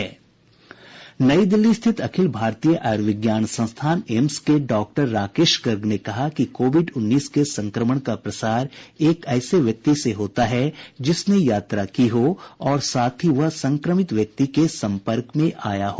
नई दिल्ली स्थित अखिल भारतीय आयुर्विज्ञान संस्थान एम्स के डॉक्टर राकेश गर्ग ने कहा कि कोविड उन्नीस के संक्रमण का प्रसार एक ऐसे व्यक्ति से होता है जिसने यात्रा की हो और साथ ही वह संक्रमित व्यक्ति के सम्पर्क में आया हो